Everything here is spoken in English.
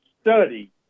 study